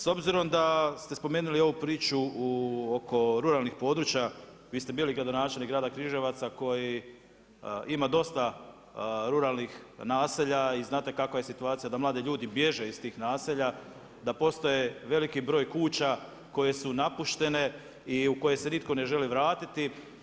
S obzirom da ste spomenuli ovu priču oko ruralnih područja, vi ste bili gradonačelnik grada Križevaca koji ima dosta ruralnih naselja i znate kakva je situacija, da mladi ljudi bježe iz tih naselja, da postoje veliki broj kuća koje su napuštene i u koje se nitko ne želi vratiti.